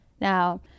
Now